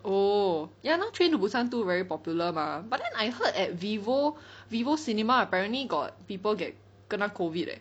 oh ya now train to Busan two very popular mah but then I heard at Vivo Vivo cinema apparently got people get kena COVID leh